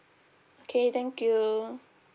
okay thank you